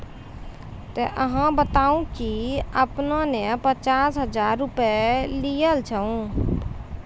ते अहाँ बता की आपने ने पचास हजार रु लिए छिए?